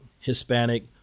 Hispanic